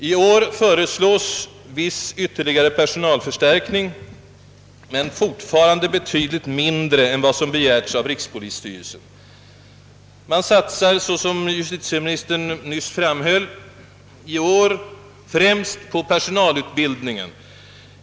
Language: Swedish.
I år föreslås vissa ytterligare personalförstärkningar, men fortfarande betydligt mindre än vad rikspolisstyrelsen har begärt. Såsom justitieministern nyss framhöll satsar man i år främst på personalutbildning.